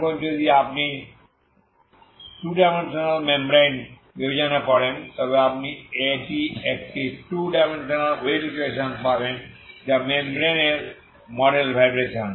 এবং যদি আপনি টু ডাইমেনশনাল মেমব্রেন বিবেচনা করেন তবে আপনি একটি টু ডাইমেনশনাল ওয়েভ ইকুয়েশন পাবেন যা মেমব্রেন র মডেল ভাইব্রেশন